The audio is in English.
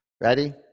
Ready